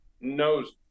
knows